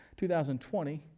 2020